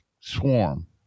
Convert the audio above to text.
swarm